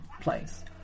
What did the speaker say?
place